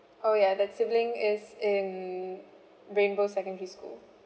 orh ya that sibling is in rainbow secondary school